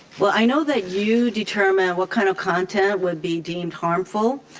but i know that you determine what kind of content would be deemed harmful.